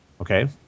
Okay